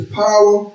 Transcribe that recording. power